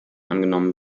angenommen